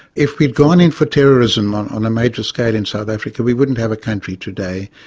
if we'd gone in for terrorism on on a major scale in south africa, we wouldn't have a country today,